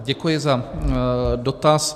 Děkuji za dotaz.